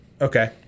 Okay